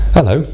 Hello